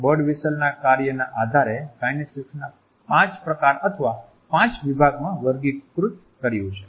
બર્ડવિસ્ટેલના કાર્ય ના આધારે કાઈનેસીક્સ પાંચ પ્રકાર અથવા પાંચ વિભાગમાં વર્ગીકૃત કર્યુ છે